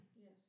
Yes